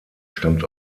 stammt